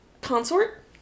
Consort